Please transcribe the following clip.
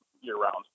year-round